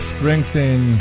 Springsteen